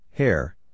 hair